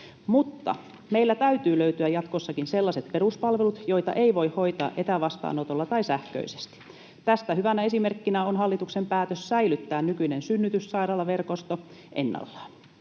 mutta meiltä täytyy löytyä jatkossakin sellaiset peruspalvelut, joita ei voi hoitaa etävastaanotolla tai sähköisesti. Tästä hyvänä esimerkkinä on hallituksen päätös säilyttää nykyinen synnytyssairaalaverkosto ennallaan.